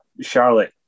Charlotte